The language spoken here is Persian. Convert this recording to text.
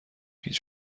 هیچ